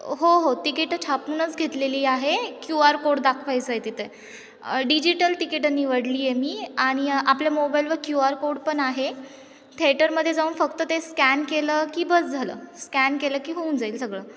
हो हो तिकीटं छापूनच घेतलेली आहे क्यू आर कोड दाखवायचं आहे तिथे डिजिटल तिकीटं निवडली आहे मी आणि आपल्या मोबाईलवर क्यू आर कोड पण आहे थेटरमध्ये जाऊन फक्त ते स्कॅन केलं की बस झालं स्कॅन केलं की होऊन जाईल सगळं